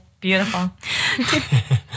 beautiful